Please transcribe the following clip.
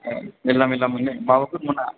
ए मेरला मेरला मोनो माबाफोर मोना